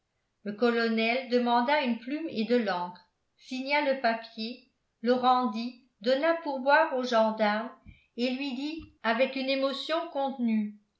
le colonel demanda une plume et de l'encre signa le papier le rendit donna pourboire au gendarme et lui dit avec une émotion contenue